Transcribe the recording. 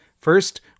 First